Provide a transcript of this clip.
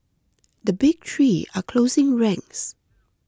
the big three are closing ranks